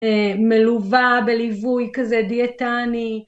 מלווה בליווי כזה דיאטני.